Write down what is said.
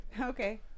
Okay